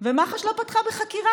ומח"ש לא פתחה בחקירה.